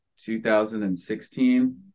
2016